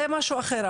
זה משהו אחר,